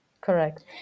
Correct